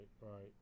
right